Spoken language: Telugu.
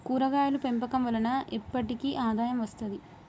కూరగాయలు పెంపకం వలన ఎప్పటికి ఆదాయం వస్తది